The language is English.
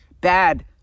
bad